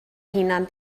hunan